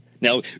Now